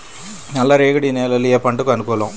నల్ల రేగడి నేలలు ఏ పంటకు అనుకూలం?